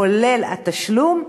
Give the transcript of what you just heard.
כולל התשלום,